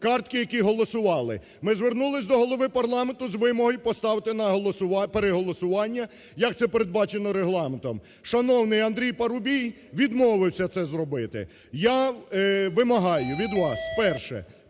картки яких голосували. Ми звернулися до Голови парламенту з вимогою поставити на переголосування, як це передбачено Регламентом. Шановний Андрій Парубій відмовився це зробити. Я вимагаю від вас, перше,